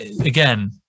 again